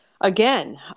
again